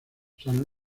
saint